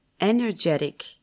energetic